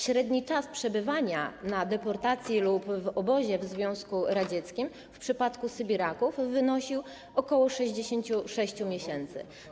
Średni czas przebywania na deportacji lub w obozie w Związku Radzieckim w przypadku sybiraków wynosił ok. 66 miesięcy.